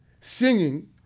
singing